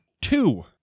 two